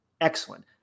Excellent